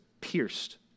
pierced